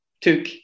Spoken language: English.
took